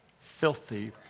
filthy